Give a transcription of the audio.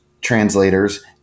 translators